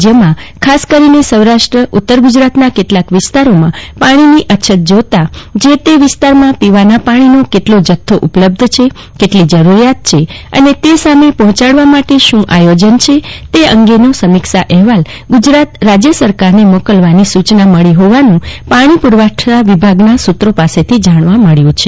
રાજ્યમાં ખાસ કરીને સૌરાષ્ટ્ર ઉતર ગુજરાત કેટલાક વિસ્તારોમાં પાણી ની અછત જોતા જે તે વિસ્તાર માં પીવાના પાણી નો કેટલો જથ્થો ઉપલબ્ધ છે કેટલીક જરૂરિયાત છે અને તે સામે પહ્રોચાડવા માટે શું આયોજન છે તે અંગે ની સમીક્ષા અહેવાલ રાજ્ય સરકાર ને મોકલવામાં સુચના મળી જોવાનું પાણી પુરવઠા વિભાગ નાં સુત્રો પાસેથી જાણવા મળ્યું છે